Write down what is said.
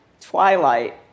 Twilight